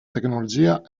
tecnologia